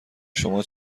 شما